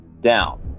down